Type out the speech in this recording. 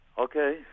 Okay